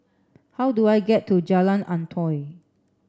how do I get to Jalan Antoi